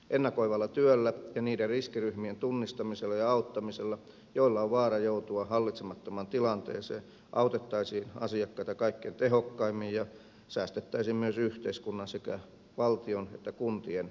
ennakoivalla työllä ja niiden riskiryhmien tunnistamisella ja auttamisella joilla on vaara joutua hallitsemattomaan tilanteeseen autettaisiin asiakkaita kaikkein tehokkaimmin ja säästettäisiin myös yhteiskunnan sekä valtion että kuntien resursseja